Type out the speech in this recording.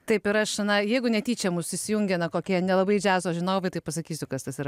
taip ir aš na jeigu netyčia mus įsijungė na kokie nelabai džiazo žinovai tai pasakysiu kas tas yra